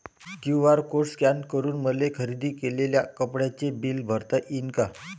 QR code scan करून मले खरेदी केलेल्या कापडाचे बिल भरता यीन का?